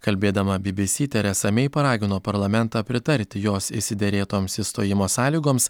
kalbėdama bybysy teresa mei paragino parlamentą pritarti jos išsiderėtoms išstojimo sąlygoms